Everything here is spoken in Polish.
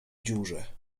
dziurze